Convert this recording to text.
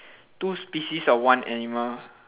two species of one animal